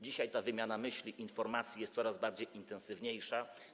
Dzisiaj ta wymiana myśli, informacji jest coraz bardziej intensywna.